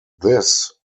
this